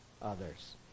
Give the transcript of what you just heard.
others